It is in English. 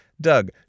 Doug